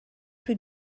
plus